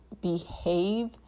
behave